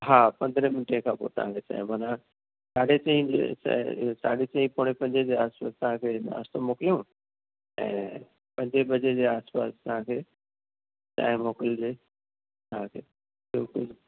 हा पंद्रहें मिंटे खां पोइ तव्हांखे चांहि माना साढे चई साढे चई पौणे पंजे जे आसिपासि तव्हांखे नाश्तो मोकिलियूं ऐं पंजे बजे जे आसिपासि तव्हांखे चांहि मोकिलिजे तव्हांखे ॿियो कुझु